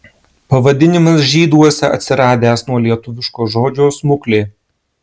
pavadinimas žyduose atsiradęs nuo lietuviško žodžio smuklė